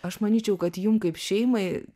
aš manyčiau kad jum kaip šeimai